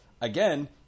again